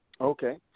Okay